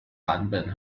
版本